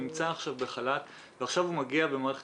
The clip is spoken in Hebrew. נמצא עכשיו בחל"ת ועכשיו הוא מגיע ומערכת